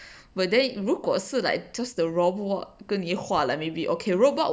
but then 如果是 like just the robot 跟你画 like maybe okay robot